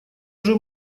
уже